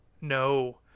no